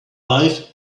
life